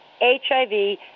HIV